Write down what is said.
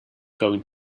going